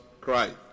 Christ